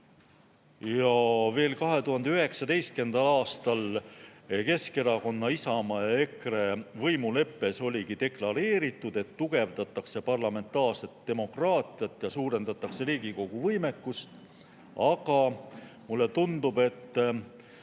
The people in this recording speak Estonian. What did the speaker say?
Veel 2019. aastal Keskerakonna, Isamaa ja EKRE võimuleppes oligi deklareeritud, et tugevdatakse parlamentaarset demokraatiat ja suurendatakse Riigikogu võimekust. Aga mulle tundub, et